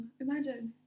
Imagine